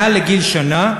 מעל לגיל שנה,